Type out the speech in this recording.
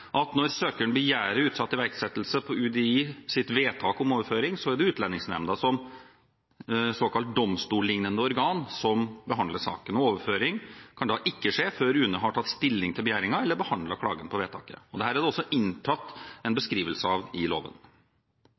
at når søkeren begjærer utsatt iverksettelse på UDIs vedtak om overføring, er det Utlendingsnemnda, som såkalt domstollignende organ, som behandler saken. Og overføring kan da ikke skje før UNE har tatt stilling til begjæringen eller behandlet klagen på vedtaket. Dette er det også inntatt en beskrivelse av i loven.